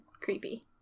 creepy